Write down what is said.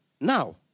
Now